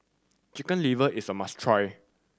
Chicken Liver is a must try